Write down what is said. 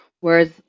whereas